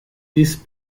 this